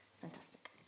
Fantastic